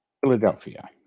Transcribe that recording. Philadelphia